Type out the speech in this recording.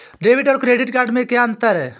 Debit और credit में क्या अंतर है?